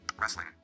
Wrestling